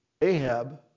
Ahab